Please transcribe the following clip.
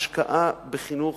ההשקעה בחינוך,